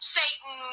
satan